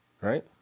right